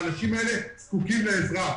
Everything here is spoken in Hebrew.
האנשים האלה זקוקים לעזרה.